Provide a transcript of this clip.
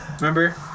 Remember